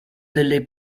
delle